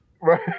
Right